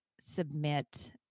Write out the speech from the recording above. submit